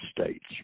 States